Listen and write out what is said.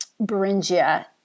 Beringia